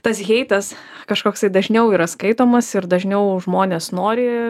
tas heitas kažkoksai dažniau yra skaitomas ir dažniau žmonės nori